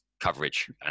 coverage